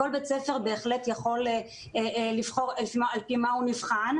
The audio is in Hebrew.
כל בית ספר יכול לבחור על פי מה הוא נבחן,